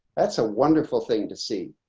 that's a wonderful thing to see.